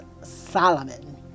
Solomon